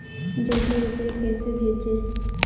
जल्दी रूपए कैसे भेजें?